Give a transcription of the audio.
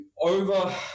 over